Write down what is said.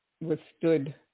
withstood